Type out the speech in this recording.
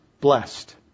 Blessed